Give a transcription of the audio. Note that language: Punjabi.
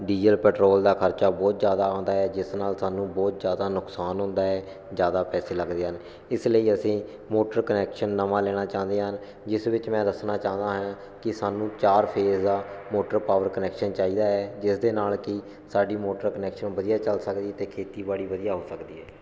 ਡੀਜ਼ਲ ਪੈਟਰੋਲ ਦਾ ਖ਼ਰਚਾ ਬਹੁਤ ਜ਼ਿਆਦਾ ਆਉਂਦਾ ਏ ਜਿਸ ਨਾਲ਼ ਸਾਨੂੰ ਬਹੁਤ ਜ਼ਿਆਦਾ ਨੁਕਸਾਨ ਹੁੰਦਾ ਹੈ ਜ਼ਿਆਦਾ ਪੈਸੇ ਲੱਗਦੇ ਹਨ ਇਸ ਲਈ ਅਸੀਂ ਮੋਟਰ ਕਨੈਕਸ਼ਨ ਨਵਾਂ ਲੈਣਾ ਚਾਹੁੰਦੇ ਹਨ ਜਿਸ ਵਿੱਚ ਮੈਂ ਦੱਸਣਾ ਚਾਹੁੰਦਾ ਹਾਂ ਕਿ ਸਾਨੂੰ ਚਾਰ ਫੇਸ ਦਾ ਮੋਟਰ ਪਾਵਰ ਕਨੈਕਸ਼ਨ ਚਾਹੀਦਾ ਹੈ ਜਿਸ ਦੇ ਨਾਲ਼ ਕਿ ਸਾਡੀ ਮੋਟਰ ਕਨੈਕਸ਼ਨ ਵਧੀਆ ਚੱਲ ਸਕਦੀ ਅਤੇ ਖੇਤੀਬਾੜੀ ਵਧੀਆ ਹੋ ਸਕਦੀ ਹੈ